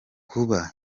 kuba